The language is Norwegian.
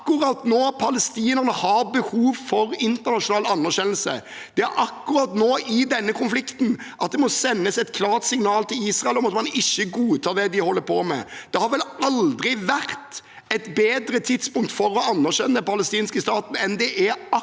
Det er akkurat nå, i denne konflikten, at det må sendes et klart signal til Israel om at man ikke godtar det de holder på med. Det har vel aldri vært et bedre tidspunkt for å anerkjenne den palestinske staten enn akkurat nå.